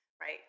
right